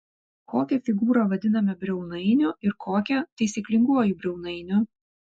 kokią figūrą vadiname briaunainiu ir kokią taisyklinguoju briaunainiu